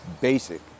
basic